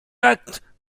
actes